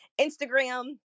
Instagram